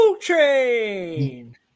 train